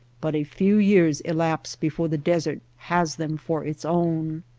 but a few years elapse before the desert has them for its own.